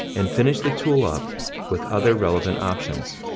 and finished the tool up with other relevant options.